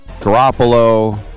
Garoppolo